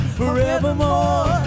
forevermore